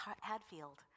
Hadfield